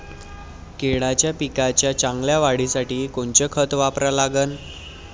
केळाच्या पिकाच्या चांगल्या वाढीसाठी कोनचं खत वापरा लागन?